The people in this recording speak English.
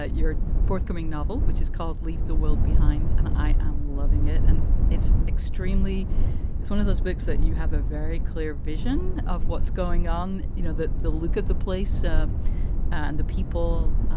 ah your forthcoming novel, which is called leave the world behind. and i am loving it. and it's extremely it's one of those books that you have a very clear vision of what's going on. you know, the the look of the place ah and the people.